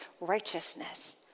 righteousness